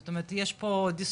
זאת אומרת יש פה דיסוננס,